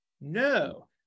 No